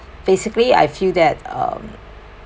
basically I feel that um